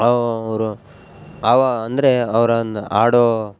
ಅವರು ಅವಾ ಅಂದರೆ ಅವ್ರು ಆಡೋ